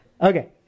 Okay